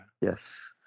yes